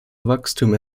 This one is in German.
wachstum